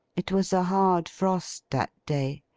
it was a hard frost, that day.